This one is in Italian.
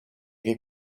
che